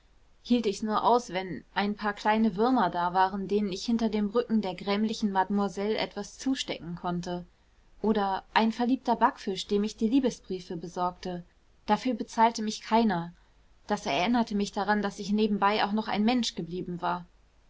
hielt ich's nur aus wenn ein paar kleine würmer da waren denen ich hinter dem rücken der grämlichen mademoiselle etwas zustecken konnte oder ein verliebter backfisch dem ich die liebesbriefe besorgte dafür bezahlte mich keiner das erinnerte mich daran daß ich nebenbei auch noch ein mensch geblieben war